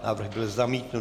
Návrh byl zamítnut.